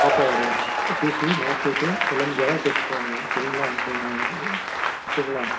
பாப்பாவோடய TC mark sheet எல்லாமே xerox எடுத்துகிட்டு வாங்க சரிங்களா இப்போ ந ஓகேங்களா